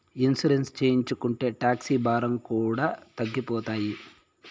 insurance చేయించుకుంటే tax భారం కూడా తగ్గిపోతాయి